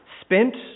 spent